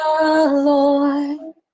Lord